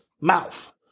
mouth